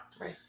Right